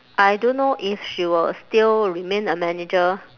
I don't know if she will still remain a manager